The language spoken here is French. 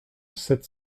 sept